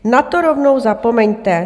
Na to rovnou zapomeňte.